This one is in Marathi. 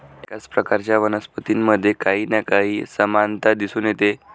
एकाच प्रकारच्या वनस्पतींमध्ये काही ना काही समानता दिसून येते